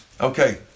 Okay